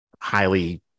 highly